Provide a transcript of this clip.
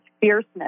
fierceness